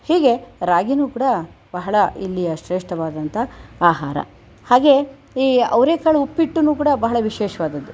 ಹೀಗೆ ರಾಗಿನೂ ಕೂಡ ಬಹಳ ಇಲ್ಲಿಯ ಶ್ರೇಷ್ಠವಾದಂಥ ಆಹಾರ ಹಾಗೆ ಈ ಅವರೆಕಾಳು ಉಪ್ಪಿಟ್ಟನ್ನೂ ಕೂಡ ಬಹಳ ವಿಶೇಷವಾದಂಥದ್ದು